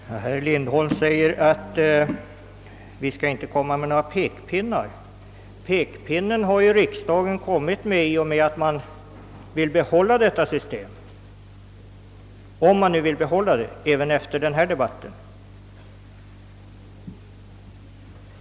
Herr talman! Herr Lindholm säger att vi inte skall använda pekpinnar, men en pekpinne har ju riksdagen tagit fram i och med att man vill behålla nuvarande system — om man nu även efter denna debatt vill behålla det.